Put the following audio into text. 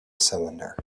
cylinder